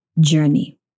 journey